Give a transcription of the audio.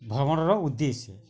ଭମ୍ରଣର ଉଦ୍ଦେଶ୍ୟ